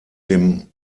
dem